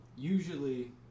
usually